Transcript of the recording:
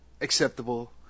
acceptable